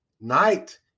night